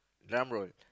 drum roll